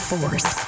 Force